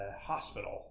hospital